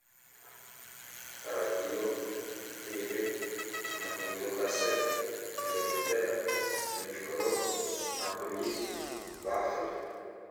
Radiô, tele, magnetôkasety, lectera, micro, ampli, bafle